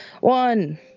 One